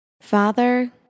Father